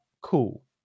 cool